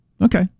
okay